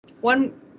One